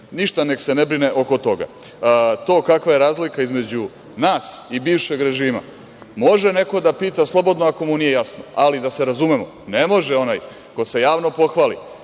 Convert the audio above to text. Ništa nek se ne brine oko toga. To kakva je razlika između nas i bivšeg režima može nekog da pita slobodno ako mu nije jasno. Ali, da se razumemo, ne može onaj ko se javno pohvali